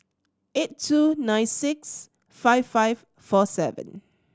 eight two nine six five five four seven